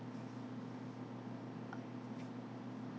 uh